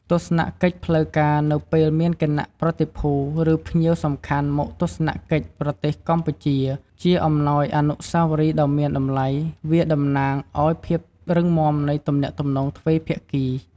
ទស្សនកិច្ចផ្លូវការនៅពេលមានគណៈប្រតិភូ ឬភ្ញៀវសំខាន់មកទស្សនកិច្ចប្រទេសកម្ពុជា ជាអំណោយអនុស្សាវរីយ៍ដ៏មានតម្លៃវាតំណាងឱ្យភាពរឹងមាំនៃទំនាក់ទំនងទ្វេភាគី។